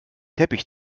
teppich